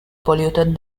polluted